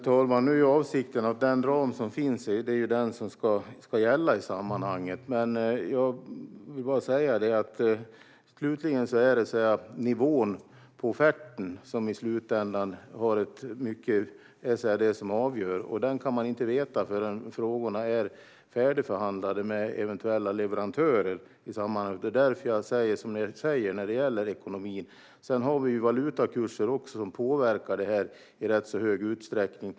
Svar på interpellationer Herr talman! Den ram som finns är den som ska gälla i sammanhanget. Det är nivån på offerten som avgör i slutändan, och den vet man ingenting om förrän frågorna är färdigförhandlade med eventuella leverantörer. Det är därför som jag säger som jag gör när det gäller ekonomin. Sedan påverkar valutakurser detta i rätt hög utsträckning.